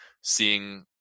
seeing